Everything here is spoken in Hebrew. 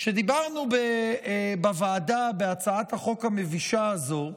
כשדיברנו בוועדה על הצעת החוק המבישה הזו,